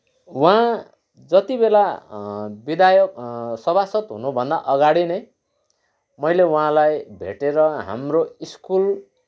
उहाँ जतिबेला विधायक सभासद हुनुभन्दा अघाडि नै मैले उहाँलाई भेटेर हाम्रो स्कुल